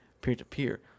peer-to-peer